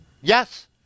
Yes